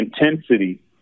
intensity